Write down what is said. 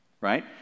right